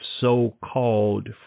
so-called